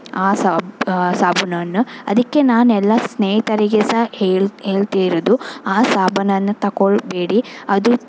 ಆ ಸಾಬ್ ಸಾಬೂನನ್ನು ಅದಕ್ಕೆ ನಾನು ಎಲ್ಲ ಸ್ನೇಹಿತರಿಗೆ ಸಹ ಹೇಳ್ ಹೇಳ್ತಿರೋದು ಆ ಸಾಬೂನನ್ನು ತಕೊಳ್ಬೇಡಿ ಅದು